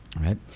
right